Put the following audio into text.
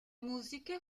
musiche